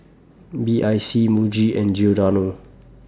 B I C Muji and Giordano